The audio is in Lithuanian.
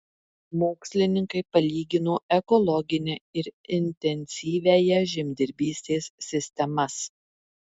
mokslininkai palygino ekologinę ir intensyviąją žemdirbystės sistemas